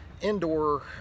indoor